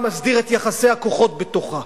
מסדיר את יחסי הכוחות בתוכה.